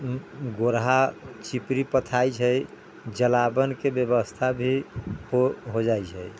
गोड़हा चिपड़ी पोथाइ छै जलाबन के ब्यबस्था भी हो जाइ छै